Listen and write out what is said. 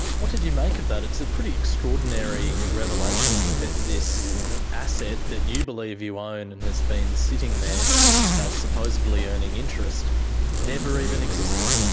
what did you make of that? it's a pretty extraordinary revelation that this asset that you believe you own and and has been sitting there supposedly earning interest never even existed.